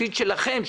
התפקיד שלכם,